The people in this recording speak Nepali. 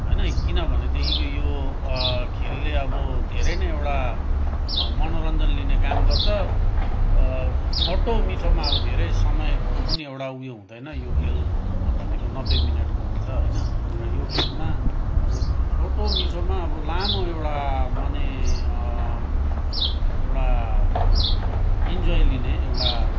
होइन किनभनेदेखिको यो खेलले अब धेरै नै एउटा मनोरञ्जन लिने काम गर्छ छोटोमिठोमा अब धेरै समयको पनि एउटा उयो हुँदैन यो खेल भनेको नब्बे मिनटको हुन्छ होइन र यो खेलमा अब छोटोमिठोमा अब लामो एउटा माने एउटा इन्जोइ लिने एउटा